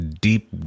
deep